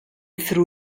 threw